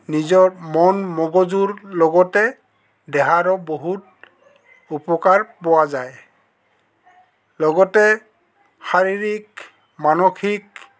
নিজৰ মন মগজুৰ লগতে দেহাৰো বহুত উপকাৰ পোৱা যায় লগতে শাৰীৰিক মানসিক